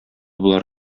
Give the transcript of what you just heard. болар